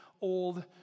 old